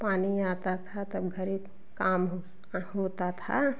पानी आता था तब हर एक काम ह होता था